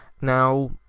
Now